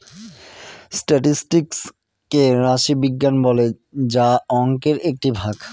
statistics কে রাশি বিজ্ঞান বলে যা অংকের একটি ভাগ